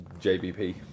JBP